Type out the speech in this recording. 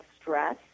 stress